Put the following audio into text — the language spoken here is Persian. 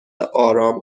آرام